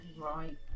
right